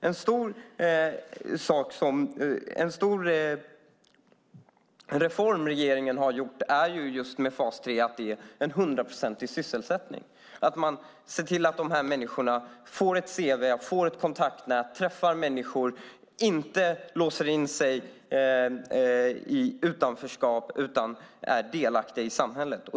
En stor reform som regeringen har gjort med fas 3 är att det är en hundraprocentig sysselsättning. Man ser till att dessa människor får ett cv, ett kontaktnät, träffar människor och inte låser in sig i utanförskap utan är delaktiga i samhället.